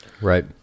Right